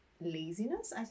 laziness